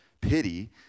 pity